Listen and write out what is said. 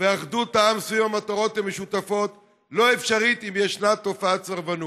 ואחדות העם סביב המטרות המשותפות לא אפשריים אם ישנה תופעת סרבנות.